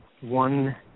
one